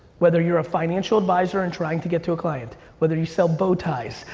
whether you're a financial advisor and trying to get to a client, whether you sell bow ties.